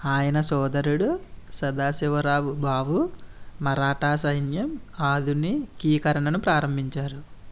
ఆయన సోదరుడు సదాశివరావు భావు మరాఠా సైన్యం ఆధునికీకరణను ప్రారంభించారు